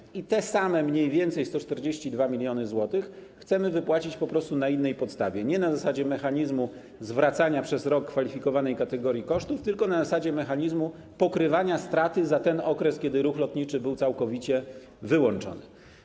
Mniej więcej tyle samo, tj. 142 mln zł, chcemy wypłacić po prostu na innej podstawie: nie na zasadzie mechanizmu zwracania przez rok kwalifikowanej kategorii kosztów, tylko na zasadzie mechanizmu pokrywania strat za ten okres, kiedy ruch lotniczy był całkowicie wyłączony.